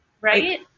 Right